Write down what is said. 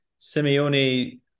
Simeone